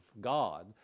God